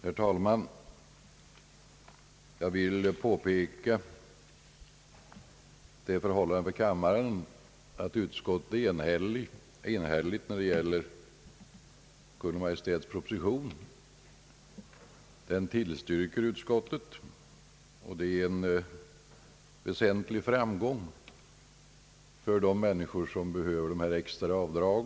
Herr talman! Jag vill påpeka för kammaren att utskottet är enhälligt i fråga om Kungl. Maj:ts proposition. Utskottet tillstyrker denna, vilket innebär en väsentlig framgång för de människor som behöver dessa extra avdrag.